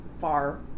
far